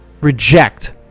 reject